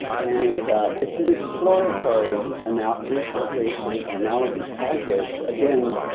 and it's an exploratory and out visualization analysis package again,